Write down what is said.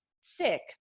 sick